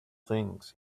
things